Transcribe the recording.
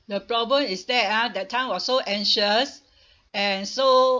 the problem is that ah that time I was so anxious and so